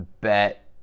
bet